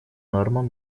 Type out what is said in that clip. нормам